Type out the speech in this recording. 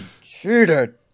cheated